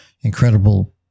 incredible